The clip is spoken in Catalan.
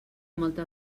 molta